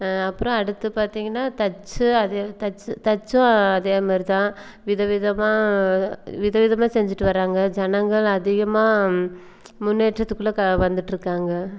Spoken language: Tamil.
அப்புறம் அடுத்து பார்த்திங்கனா தச்சு அது தச்சு தச்சும் அதே மாதிரி தான் வித விதமா வித விதமாக செஞ்சுட்டு வராங்க ஜனங்கள் அதிகமான முன்னேற்றத்துக்குள்ளே க வந்துகிட்ருக்காங்க